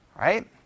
Right